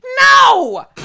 No